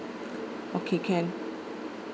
okay can